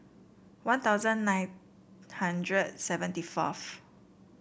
One Thousand nine hundred seventy forth